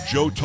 Joe